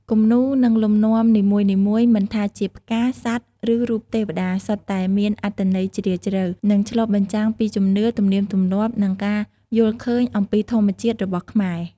គំនូរ និងលំនាំនីមួយៗមិនថាជាផ្កា សត្វ ឬរូបទេវតា សុទ្ធតែមានអត្ថន័យជ្រាលជ្រៅ និងឆ្លុះបញ្ចាំងពីជំនឿ ទំនៀមទម្លាប់ និងការយល់ឃើញអំពីធម្មជាតិរបស់ខ្មែរ។